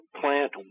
Plant